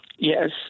Yes